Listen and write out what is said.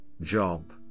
job